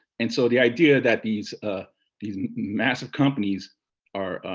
and so the idea that these ah these and massive companies are,